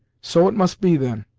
so it must be, then.